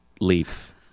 leaf